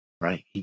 right